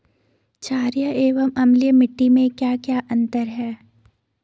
छारीय एवं अम्लीय मिट्टी में क्या क्या अंतर हैं?